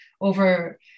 over